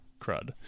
crud